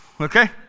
Okay